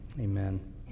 amen